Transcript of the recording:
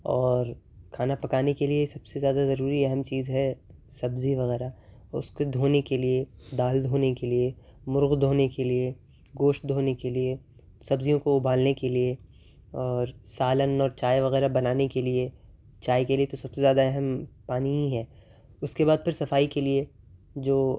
اور کھانا پکانے کے لیے سب سے زیادہ ضروری اہم چیز ہے سبزی وغیرہ اس کو دھونے کے لیے دال دھونے کے لیے مرغ دھونے کے لیے گوشت دھونے کے لیے سبزیوں کو ابالنے کے لیے اور سالن اور چائے وغیرہ بنانے کے لیے چائے کے لیے تو سب سے زیادہ اہم پانی ہی ہے اس کے بعد پھر صفائی کے لیے جو